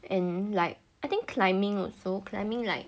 and like I think climbing also climbing like